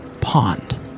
pond